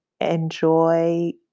enjoy